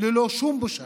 ללא שום בושה.